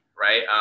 right